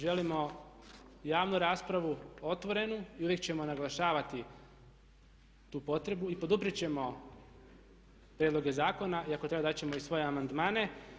Želimo javnu raspravu, otvorenu i uvijek ćemo naglašavati tu potrebu i poduprijet ćemo prijedloge zakona i ako treba dati ćemo i svoje amandmane.